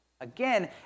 Again